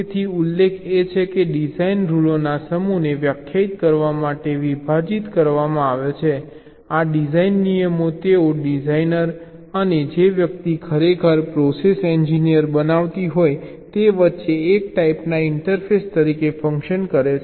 તેથી ઉકેલ એ છે કે ડિઝાઇન રૂલોના સમૂહને વ્યાખ્યાયિત કરવા માટે વિભાજીત કરવામાં આવે છે આ ડિઝાઇન નિયમો તેઓ ડિઝાઇનર અને જે વ્યક્તિ ખરેખર પ્રોસેસ એન્જીનીર બનાવતી હોય તે વચ્ચે એક ટાઈપનાં ઇન્ટરફેસ તરીકે ફંકશન કરે છે